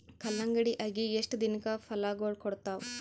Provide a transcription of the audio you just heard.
ಕಲ್ಲಂಗಡಿ ಅಗಿ ಎಷ್ಟ ದಿನಕ ಫಲಾಗೋಳ ಕೊಡತಾವ?